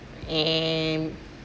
and